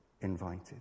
invited